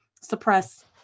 suppress